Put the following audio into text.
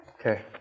Okay